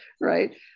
right